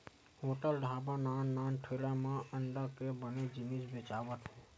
hotel, dhaba, नान नान ठेला मन म अंडा के बने जिनिस बेचावत रहिथे